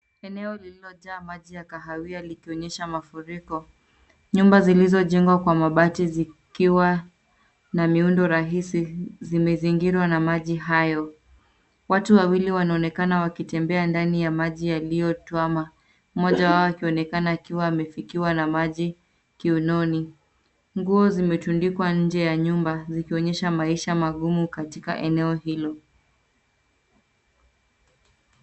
Eneo lililojaa maji ya kahawia likionyesha mafuriko. Nyumba zilizojengwa kwa mabati zikiwa na miundo rahisi zimezingirwa na maji hayo. Watu wawili wanaonekana wakitembea ndani ya maji yaliyotuhama, mmoja wao akionekana akiwa amefikiwa na maji kiuononi. Nguo zimetundikwa nje ya nyumba, zikionyesha maisha magumu katika eneo hilo.